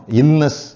illness